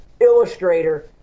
illustrator